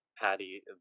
Patty